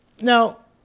Now